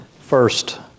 First